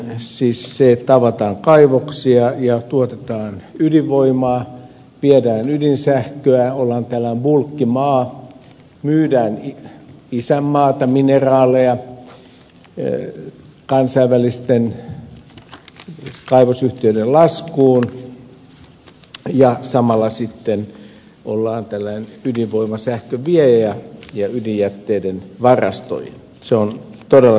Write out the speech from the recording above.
siis se että avataan kaivoksia ja tuotetaan ydinvoimaa viedään ydinsähköä ollaan tällainen bulkkimaa myydään isänmaata mineraaleja kansainvälisten kaivosyhtiöiden laskuun ja samalla ollaan tällainen ydinvoimasähkön viejä ja ydinjätteiden varastoija on todella synkkä tulevaisuudennäkymä